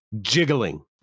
jiggling